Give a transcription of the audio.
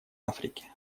африки